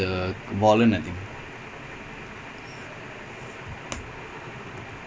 red rudiger